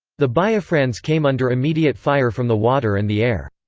the biafrans came under immediate fire from the water and the air.